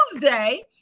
tuesday